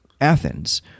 athens